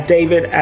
David